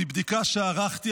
מבדיקה שערכתי,